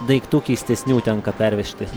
daiktų keistesnių tenka pervežti